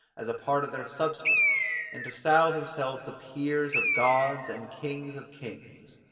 as a part of their substance and to style themselves the peers of gods, and kings of kings.